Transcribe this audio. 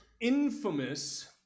infamous